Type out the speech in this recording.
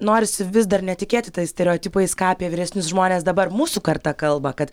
norisi vis dar netikėti tais stereotipais ką apie vyresnius žmones dabar mūsų karta kalba kad